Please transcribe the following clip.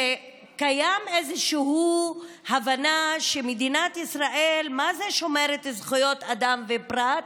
שקיימת איזושהי הבנה שמדינת ישראל מה-זה שומרת זכויות אדם ופרט,